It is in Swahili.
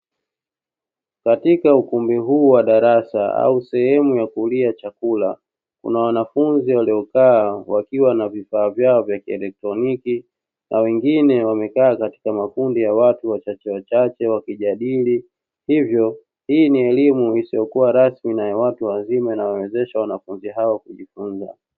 Katika ukumbi huu wa darasa au sehemu ya kulia chakula, kuna wanafunzi waliokaa wakiwa na vifaa vyao vya kielektroniki na wengine wamekaa katika makundi ya watu wachache wakijadili, hivyo hii ni elimu isiyokuwa rasmi na ya watu wazima na inayowawezesha wanafunzi hao kujifunza.